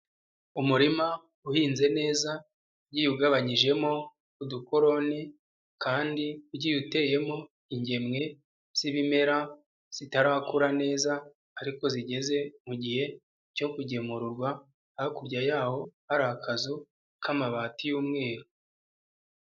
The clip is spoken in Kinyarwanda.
Umurima uhinze neza ugiye ugabanyijemo udukoroni kandi ugiye uteyemo ingemwe z'ibimera zitarakura neza ariko zigeze mu gihe cyo kugemurwa hakurya yaho hari akazu k'amabati y'umweru.